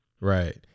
Right